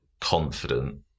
confident